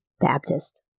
Baptist